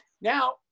Now